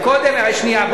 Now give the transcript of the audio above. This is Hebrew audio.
שנייה,